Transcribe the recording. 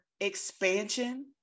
expansion